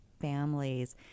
families